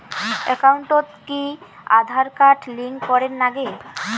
একাউন্টত কি Aadhaar card link করের নাগে?